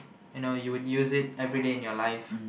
you know you would use it everyday in your life